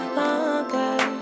longer